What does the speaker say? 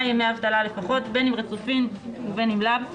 ימי אבטלה לפחות בין אם רצופים ובין אם לאו,